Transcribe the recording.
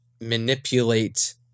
manipulate